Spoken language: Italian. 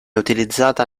utilizzata